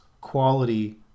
quality